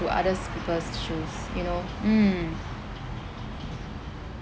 into others peoples' shoes you know mm